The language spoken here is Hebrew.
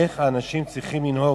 איך האנשים צריכים לנהוג?